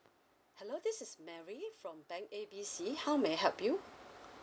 hello this is mary from bank A B C how may I help you